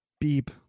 beep